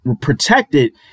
protected